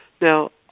Now